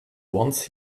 once